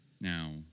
Now